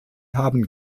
haben